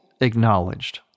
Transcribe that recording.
acknowledged